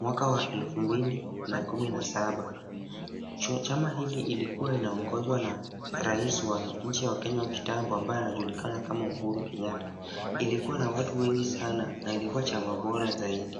mwaka wa elfu mbili na kumi na saba. Chama hili ilikuwa inaongozwa na rais wa nchi ya Kenya wa kitambo ambaye anajulikana kama Uhuru Kenyatta. Ilikuwa na watu wengi sana na ilikuwa chama bora zaidi.